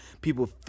people